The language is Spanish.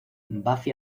buffy